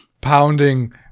pounding